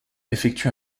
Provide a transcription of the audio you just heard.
effectue